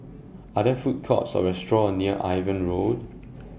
Are There Food Courts Or restaurants near Irving Road